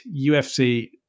UFC